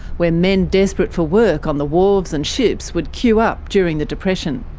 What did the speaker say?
where men desperate for work on the wharves and ships would queue up during the depression.